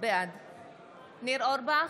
בעד ניר אורבך,